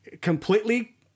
completely